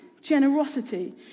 generosity